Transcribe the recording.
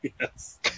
Yes